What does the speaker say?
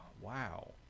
wow